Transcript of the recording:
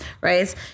right